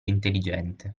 intelligente